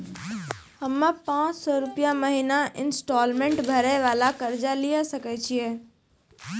हम्मय पांच सौ रुपिया महीना इंस्टॉलमेंट भरे वाला कर्जा लिये सकय छियै?